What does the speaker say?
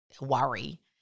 worry